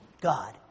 God